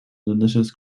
delicious